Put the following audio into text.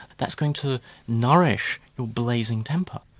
that's going to nourish your blazing temper.